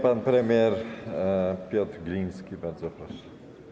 Pan premier Piotr Gliński, bardzo proszę.